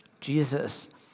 Jesus